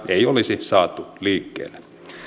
ei olisi saatu liikkeelle